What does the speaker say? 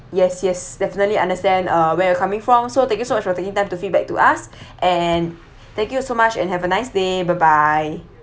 yes yes definitely understand uh where you're coming from so thank you so much taking time to feedback to us and thank you so much and have a nice day bye bye